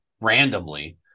randomly